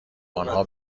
آنها